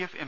F M